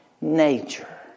nature